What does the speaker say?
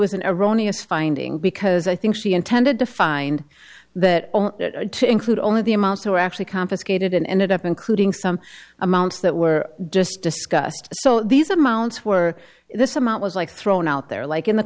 was an erroneous finding because i think she intended to find that to include only the amounts who were actually confiscated and ended up including some amounts that were just discussed so these amounts were this amount was like thrown out there like in the